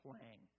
playing